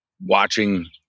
watching